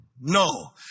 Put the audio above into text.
No